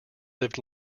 lived